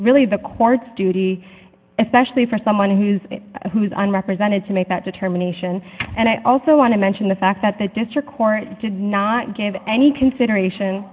really the court's duty especially for someone who's who is on represented to make that determination and i also want to mention the fact that the district court did not give any consideration